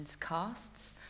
casts